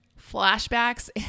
flashbacks